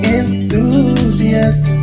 enthusiast